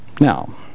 Now